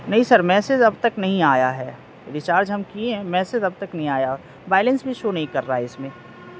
نہیں sir message اب تک نہیں آیا ہے ریچارج ہم کے ہیں میسج اب تک نہیں آیا بیلنس بھی شو نہیں کر رہا ہے اس میں